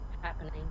happening